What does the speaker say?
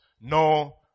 no